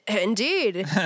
Indeed